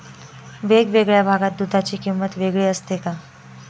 वेगवेगळ्या भागात दूधाची किंमत वेगळी असते का?